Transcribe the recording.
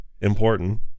important